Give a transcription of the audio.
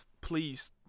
please